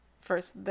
first